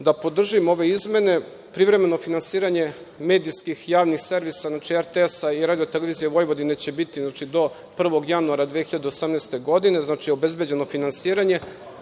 da podržim ove izmene. Privremeno finansiranje medijskih javnih servisa, RTS i RTV će biti do 1. januara 2018. godine, obezbeđeno finansiranje.